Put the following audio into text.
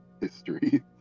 history